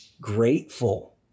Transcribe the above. grateful